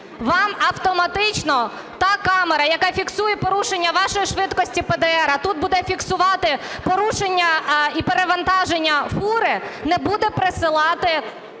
Вам автоматично та камера, яка фіксує порушення вашої швидкості ПДР, а тут буде фіксувати порушення і перевантаження фури, не буде присилати